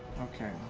okay.